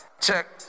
Check